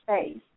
space